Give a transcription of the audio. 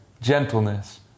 gentleness